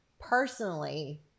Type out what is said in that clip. personally